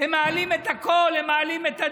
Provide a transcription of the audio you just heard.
הם מעלים את הכול, הם מעלים את הדיור.